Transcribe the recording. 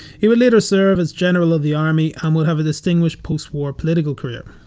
he would later serve as general of the army and would have a distinguished postwar political career.